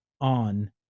on